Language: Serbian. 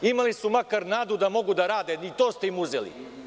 Imali su makar nadu da mogu da rade i to ste im uzeli.